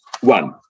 one